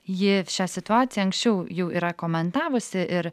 ji šią situaciją anksčiau jau yra komentavusi ir